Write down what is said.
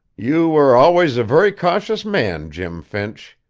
you were always a very cautious man, jim finch.